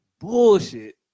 bullshit